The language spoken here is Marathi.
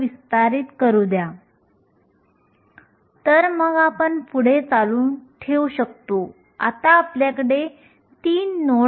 येथे y अक्ष हा ऊर्जा दर्शवितो सहसा ऊर्जेचा संदर्भ व्हॅलेन्स बँडच्या तळाशी असतो